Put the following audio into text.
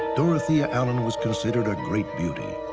dorothea allen was considered a great beauty.